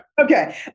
okay